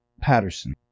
Patterson